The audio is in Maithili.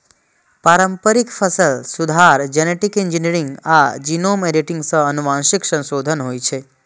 पारंपरिक फसल सुधार, जेनेटिक इंजीनियरिंग आ जीनोम एडिटिंग सं आनुवंशिक संशोधन होइ छै